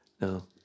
No